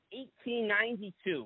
1892